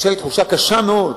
התחושה היא תחושה קשה מאוד,